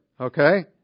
Okay